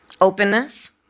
openness